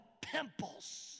pimples